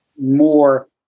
more